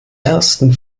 ersten